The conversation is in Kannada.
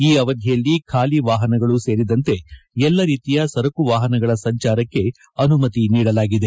ಈ ಅವಧಿಯಲ್ಲಿ ಖಾಲಿ ವಾಹನಗಳು ಸೇರಿದಂತೆ ಎಲ್ಲಾ ರೀತಿಯ ಸರಕು ವಾಹನಗಳ ಸಂಚಾರಕ್ಕೆ ಅನುಮತಿ ನೀಡಲಾಗಿದೆ